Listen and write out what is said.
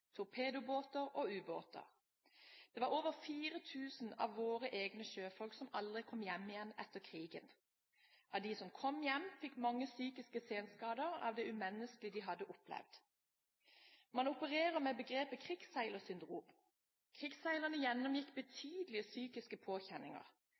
torpedobåter og ubåter. Det var over 4 000 av våre egne sjøfolk som aldri kom hjem igjen etter krigen. Av dem som kom hjem, fikk mange psykiske senskader etter det umenneskelige de hadde opplevd. Man opererer med begrepet «krigsseilersyndrom». Krigsseilerne gjennomgikk